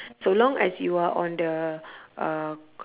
so long as you are on the uh